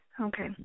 Okay